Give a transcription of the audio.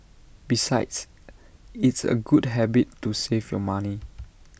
besides it's A good habit to save your money